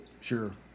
Sure